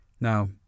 Now